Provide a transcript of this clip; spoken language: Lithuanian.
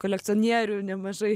kolekcionierių nemažai